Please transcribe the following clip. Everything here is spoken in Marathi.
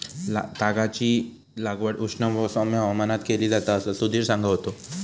तागाची लागवड उष्ण व सौम्य हवामानात केली जाता असा सुधीर सांगा होतो